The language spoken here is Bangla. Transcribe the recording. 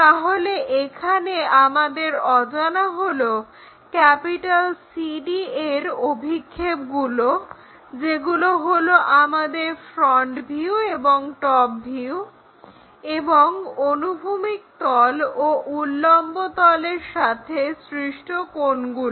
তাহলে এখানে আমাদের অজানা হলো CD এর অভিক্ষেপগুলো যেগুলো হলো আমাদের ফ্রন্ট ভিউ এবং টপ ভিউ এবং অনুভূমিক তল ও উল্লম্বতলের সাথে সৃষ্ট কোণগুলো